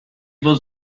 was